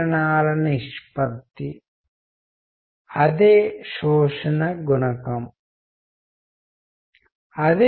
నేను ప్రస్తావించాలనుకుంటున్న లేదా సూచించదలిచిన మొదటి విషయం ఏమిటంటేఒకరు కమ్యూనికేట్ చేయాలనే ఉద్దేశం తోటి కమ్యూనికేషన్ చేస్తారు మరి వేరొకరు కమ్యూనికేట్ చేయవద్దు అనే ఉద్దేశంతోటి కమ్యూనికేషన్ చేస్తారు